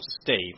Steve